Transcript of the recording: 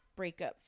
breakups